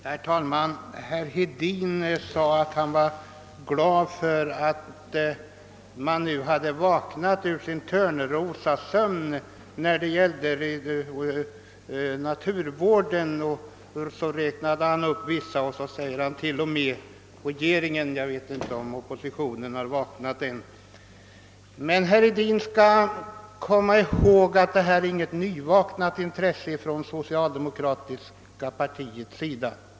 Herr talman! Herr Hedin sade att han var glad för att man nu hade vaknat ur sin törnrosasömn i fråga om naturvården. Han räknade också upp vilka han syftade på, och dit räknade han även regeringen — jag vet inte om oppositionen har vaknat ännu. Herr Hedin skall emellertid komma ihåg att det inte är fråga om något nyvaknat intresse från socialdemokratiska partiet.